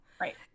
right